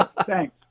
Thanks